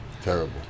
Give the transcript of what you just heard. Terrible